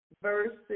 verse